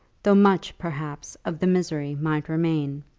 though much, perhaps, of the misery might remain.